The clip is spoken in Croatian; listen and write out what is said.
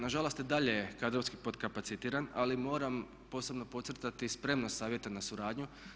Na žalost i dalje je kadrovski podkapacitiran, ali moram posebno podcrtati spremnost Savjeta na suradnju.